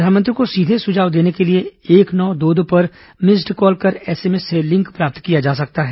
प्रधानमंत्री को सीधे सुझाव देने के लिए एक नौ दो दो पर मिस्ड कॉल कर एसएमएस से लिंक प्राप्त किया जा सकता है